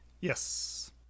Yes